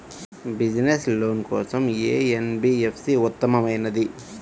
Business loan కోసం ఏ NBFC ఉత్తమమైనది?